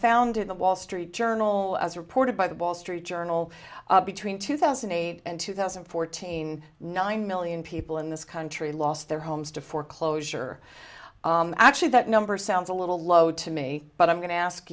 found in the wall street journal as reported by the wall street journal between two thousand and eight and two thousand and fourteen nine million people in this country lost their homes to foreclosure actually that number sounds a little low to me but i'm going to ask